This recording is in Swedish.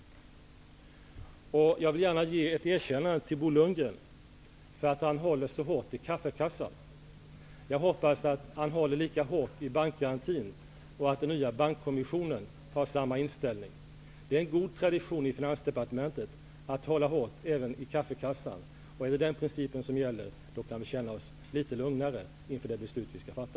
Jag vill gärna ge ett erkännande till Bo Lundgren för att han håller så hårt i kaffekassan. Jag hoppas att han håller lika hårt i bankgarantin, och att den nya bankkommissionen har samma inställning. Det är god tradition i Finansdepartementet att hålla hårt även i kaffekassan. Är det den principen som gäller, då kan vi känna oss litet lugnare inför det beslut vi skall fatta.